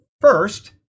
first